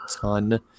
ton